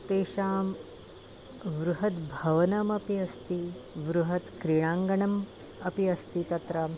तेषां बृहद् भवनमपि अस्ति बृहत् क्रीडाङ्गणम् अपि अस्ति तत्र